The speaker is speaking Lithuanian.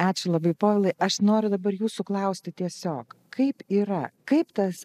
ačiū labai povilai aš noriu dabar jūsų klausti tiesiog kaip yra kaip tas